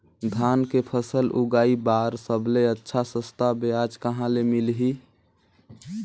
धान के फसल उगाई बार सबले अच्छा सस्ता ब्याज कहा ले मिलही?